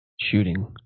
shooting